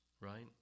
right